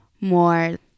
more